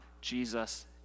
Jesus